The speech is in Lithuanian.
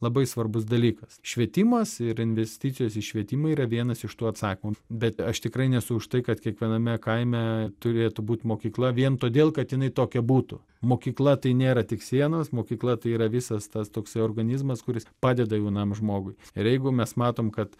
labai svarbus dalykas švietimas ir investicijos į švietimą yra vienas iš tų atsakymų bet aš tikrai nesu už tai kad kiekviename kaime turėtų būti mokykla vien todėl kad jinai tokia būtų mokykla tai nėra tik sienos mokykla tai yra visas tas toksai organizmas kuris padeda jaunam žmogui ir jeigu mes matom kad